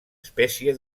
espècie